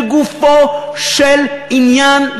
לגופו של עניין,